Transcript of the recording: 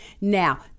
Now